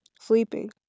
Sleeping